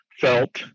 felt